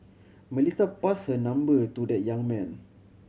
Melissa passed her number to the young man